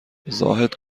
زاهد